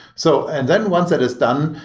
so and then once that is done,